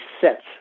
sets